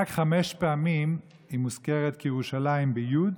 רק חמש פעמים היא מוזכרת כ"ירושלים", ביו"ד,